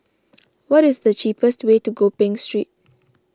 what is the cheapest way to Gopeng Street